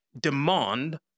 demand